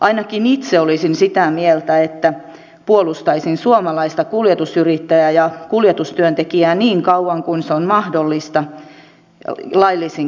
ainakin itse olisin sitä mieltä että puolustaisin suomalaista kuljetusyrittäjää ja kuljetustyöntekijää niin kauan kuin se on mahdollista laillisin keinoin